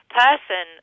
person